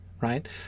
Right